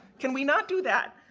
can we not do that